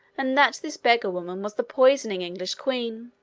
and that this beggar-woman was the poisoning english queen.